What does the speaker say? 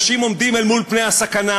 אנשים עומדים אל מול פני הסכנה,